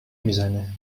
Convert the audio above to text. میزنه